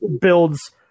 builds